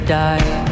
die